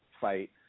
fight